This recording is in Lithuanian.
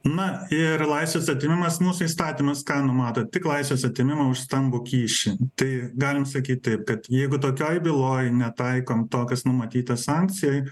na ir laisvės atėmimas mūsų įstatymas numato tik laisvės atėmimą už stambų kyšį tai galim sakyt taip kad jeigu tokioj byloj netaikom to kas numatyta sankcijoj